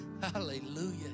hallelujah